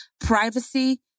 Privacy